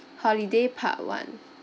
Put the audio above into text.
holiday part one